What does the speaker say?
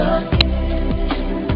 again